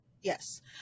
Yes